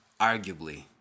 arguably